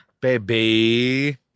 baby